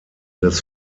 des